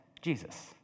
Jesus